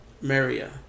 Maria